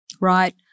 right